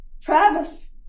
Travis